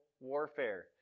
warfare